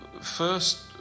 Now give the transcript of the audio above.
first